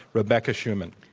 rebecca schuman.